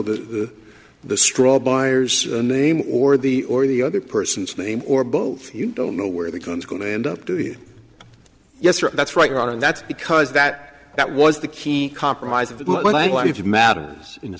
the the straw buyers name or the or the other person's name or both you don't know where the guns going to end up to yes that's right and that's because that that was the key compromise